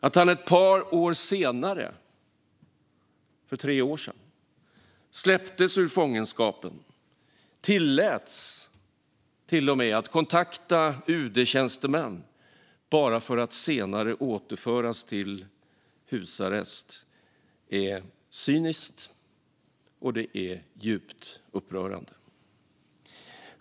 Att han ett par år senare, för tre år sedan, släpptes ur fångenskapen och till och med tilläts kontakta UD-tjänstemän bara för att senare återföras till husarrest är cyniskt och djupt upprörande.